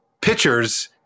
pitchers